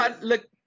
look